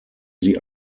sie